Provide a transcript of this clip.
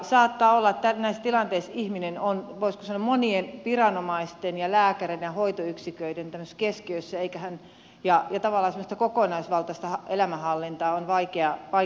saattaa olla että näissä tilanteissa ihminen on voisiko sanoa monien viranomaisten ja lääkäreiden ja hoitoyksiköiden tämmöisessä keskiössä ja tavallaan semmoista kokonaisvaltaista elämänhallintaa on vaikea toteuttaa